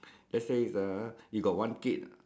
let's say uh you got one kid ah